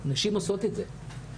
נשים עושות את זה.